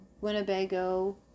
Winnebago